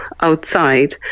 outside